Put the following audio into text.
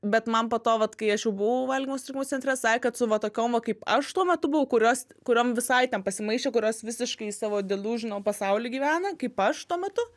bet man po to vat kai aš jau buvau valgymo sutrikimų centre sakė kad su vat tokiom kaip aš tuo metu buvau kurios kuriom visai ten pasimaišė kurios visiškai savo delužional pasauly gyvena kaip aš tuo metu